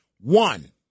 one